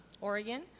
Oregon